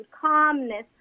calmness